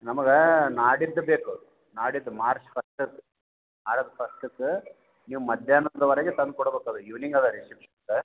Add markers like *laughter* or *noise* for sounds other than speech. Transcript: ನಮಗೆ ನಾಡಿದ್ದು ಬೇಕು ನಾಡಿದ್ದು ಮಾರ್ಚ್ ಫಸ್ಟಕ್ಕೆ ಅದ್ರ ಫಸ್ಟಕ್ಕೆ ನೀವು ಮಧ್ಯಾಹ್ನದವರೆಗೆ ತಂದು ಕೊಡ್ಬೇಕು ಅದು ಈವ್ನಿಂಗ್ ಅದ ರೀ *unintelligible*